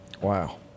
Wow